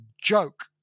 joke